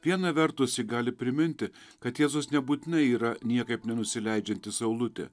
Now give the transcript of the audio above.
viena vertus ji gali priminti kad jėzus nebūtinai yra niekaip nenusileidžianti saulutė